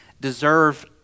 deserve